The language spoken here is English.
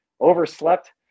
Overslept